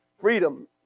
freedom